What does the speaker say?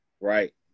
Right